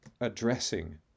addressing